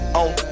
on